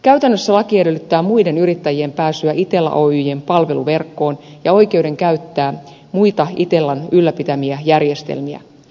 käytännössä laki edellyttää muiden yrittäjien pääsyä itella oyjn palveluverkkoon ja oikeuden käyttää muita itellan ylläpitämiä järjestelmiä